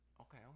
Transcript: Okay